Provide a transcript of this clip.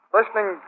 Listening